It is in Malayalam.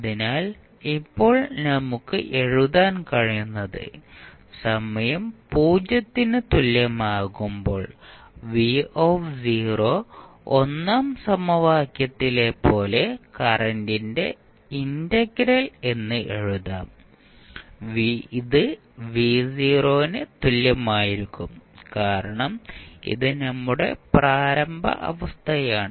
അതിനാൽ ഇപ്പോൾ നമുക്ക് എഴുതാൻ കഴിയുന്നത് സമയം 0 ന് തുല്യമാകുമ്പോൾ v ഒന്നാം സമവാക്യത്തിലെ പോലെ കറന്റിന്റെ ഇന്റഗ്രൽ എന്ന് എഴുതാം ഇത് ന് തുല്യമായിരിക്കും കാരണം ഇത് നമ്മുടെ പ്രാരംഭ അവസ്ഥയാണ്